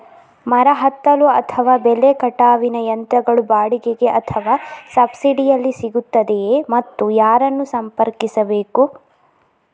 ಮರ ಹತ್ತಲು ಅಥವಾ ಬೆಲೆ ಕಟಾವಿನ ಯಂತ್ರಗಳು ಬಾಡಿಗೆಗೆ ಅಥವಾ ಸಬ್ಸಿಡಿಯಲ್ಲಿ ಸಿಗುತ್ತದೆಯೇ ಮತ್ತು ಯಾರನ್ನು ಸಂಪರ್ಕಿಸಬೇಕು?